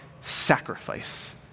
sacrifice